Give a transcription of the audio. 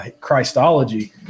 Christology